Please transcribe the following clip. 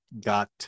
got